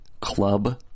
club